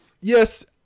Yes